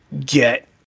get